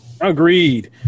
Agreed